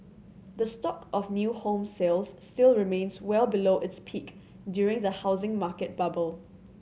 the stock of new home sales still remains well below its peak during the housing market bubble